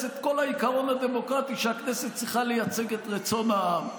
את כל העיקרון הדמוקרטי שהכנסת צריכה לייצג את רצון העם,